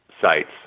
sites